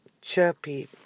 chirpy